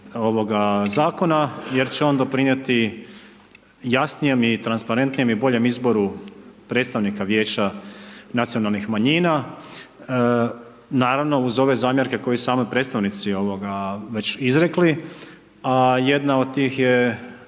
ovoga zakona, jer će on doprinijeti jasnijem i transparentnijim i boljem izboru predstavnika vijeća nacionalnih manjina. Naravno uz ove zamjerke koje sami predstavnici već izrekli, a jedna od tih je